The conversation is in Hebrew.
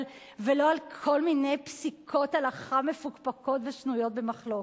ולא על כל מיני פסיקות הלכה מפוקפקות ושנויות במחלוקת.